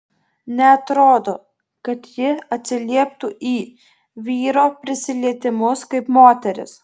neatrodo kad ji atsilieptų į vyro prisilietimus kaip moteris